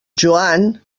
joan